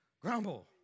grumble